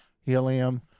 Helium